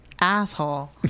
asshole